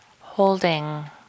holding